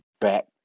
back